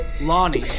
Lonnie